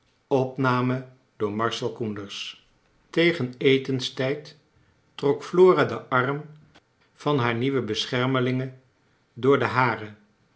tegen etenstijd trok flora den arm van haar nieuwe beschermelinge door den haren